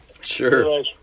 Sure